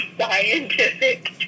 scientific